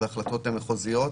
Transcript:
אז ההחלטות הן מחוזיות.